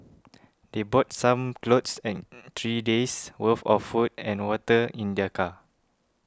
they brought some clothes and three days' worth of food and water in their car